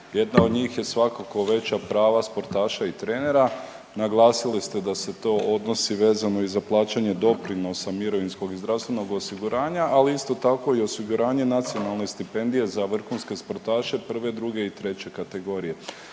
jedna od njih je svakako veća prava sportaša i trenera, naglasili ste da se to odnosi vezano i za plaćanje doprinosa, mirovinskog i zdravstvenog osiguranja, ali isto tako i osiguranje nacionalne stipendije za vrhunske sportaše 1., 2. i 3. kategorije.